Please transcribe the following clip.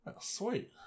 sweet